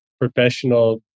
professional